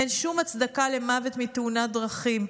אין שום הצדקה למוות מתאונת דרכים.